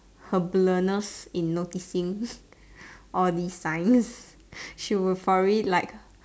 her blurness in noticing all these signs she would probably like